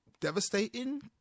devastating